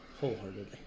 Wholeheartedly